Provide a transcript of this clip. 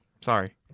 Sorry